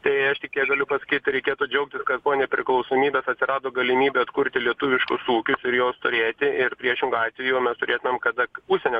tai aš tik tiek galiu pasakyt reikėtų džiaugtis kad po nepriklausomybės atsirado galimybė atkurti lietuviškus ūkius ir juos turėti ir priešingu atveju mes turėtumėm kada užsienio